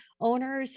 Owners